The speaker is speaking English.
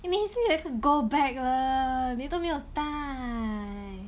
你已经有一个 gold bag 了你都没有带